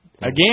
again